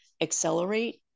accelerate